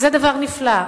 זה דבר נפלא,